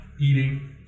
eating